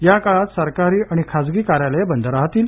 या काळात सरकारी आणि खासगी कार्यालये बंद राहतील